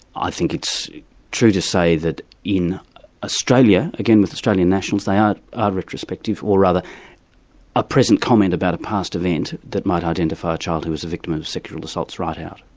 i think it's true to say that in australia, again with australian nationals, they are retrospective, or rather a present comment about a past event that might identify a child who was the victim of sexual assault is right out.